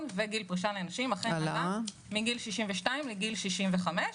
וגיל הפרישה לנשים אכן עלה מגיל 62 לגיל 65,